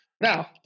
Now